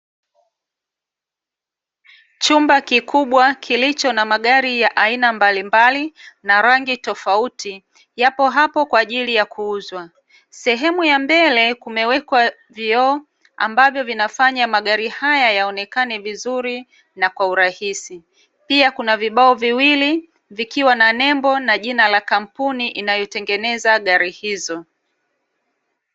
Chumba kikubwa kilicho na magari ya aina mbalimbali na rangi tofauti, yapo hapo kwa ajili ya kuuzwa, sehemu ya mbele kumewekwa vioo ambavyo vinafanya magari haya yaonekane vizuri na kwa urahisi. Pia kuna vibao viwili vikiwa na nembo na jina la kampuni inayotengeneza gari hizo.